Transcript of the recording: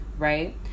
Right